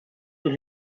und